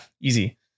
easy